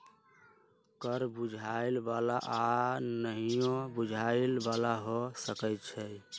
कर बुझाय बला आऽ नहियो बुझाय बला हो सकै छइ